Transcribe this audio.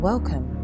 Welcome